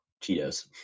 Cheetos